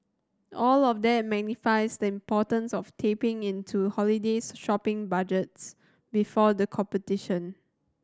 all of that magnifies the importance of tapping into holiday shopping budgets before the competition